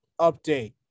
update